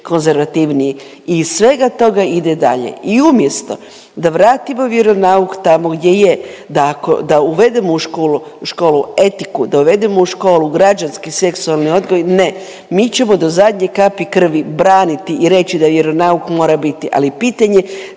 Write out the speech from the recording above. konzervativniji. I iz svega toga ide dalje. I umjesto da vratimo vjeronauk tamo gdje je, da uvedemo u školu etiku, da uvedemo u školu građanski, seksualni odgoj ne. Mi ćemo do zadnje kapi krvi braniti i reći da vjeronauk mora biti, ali pitanje,